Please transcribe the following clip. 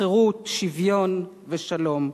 חירות, שוויון ושלום.